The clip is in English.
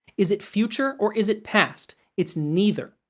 is it future or is it past? it's neither.